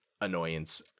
annoyance